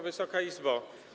Wysoka Izbo!